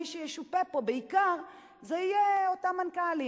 מי שישופה פה בעיקר זה אותם מנכ"לים.